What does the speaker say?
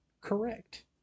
correct